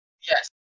Yes